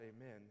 amen